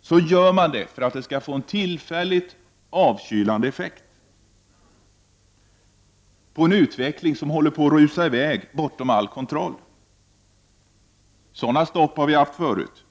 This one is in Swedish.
så gör man det för att det skall få en tillfälligt avkylande effekt på en utveckling som håller på att rusa i väg bortom all kontroll. Sådana stopp har vi haft förut.